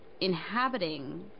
inhabiting